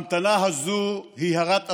ההמתנה הזו היא הרת אסון,